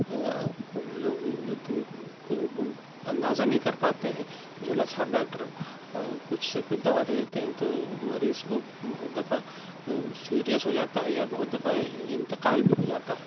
لوگ اندازہ نہیں کر پاتے ہیں جھولا چھاپ ڈاکٹر اور کچھ سے کچھ دوا دے دیتے ہیں تو مریض کو بہت دفعہ سیریس ہو جاتا ہے یا بہت دفعہ انتقال بھی ہو جاتا ہے